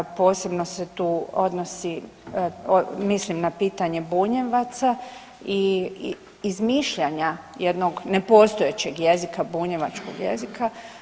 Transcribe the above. Posebno se tu odnosi, mislim na pitanje Bunjevaca, i izmišljanja jednog nepostojećeg jezika, bunjevačkog jezika.